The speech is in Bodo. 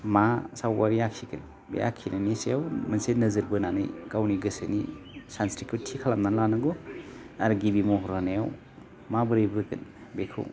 मा सावगारि आखिगोन बे आखिनायनि सायाव मोनसे नोजोर बोनानै गावनि गोसोनि सानस्रिखौ थि खालामना लानांगौ आरो गिबि महर होनायाव माबोरै बोगोन बेखौ